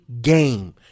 game